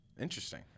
interesting